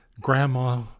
Grandma